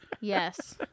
Yes